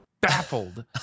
Baffled